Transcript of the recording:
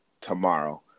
tomorrow